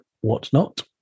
whatnot